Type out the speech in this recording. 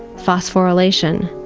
phosphorylation,